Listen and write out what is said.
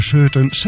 Certain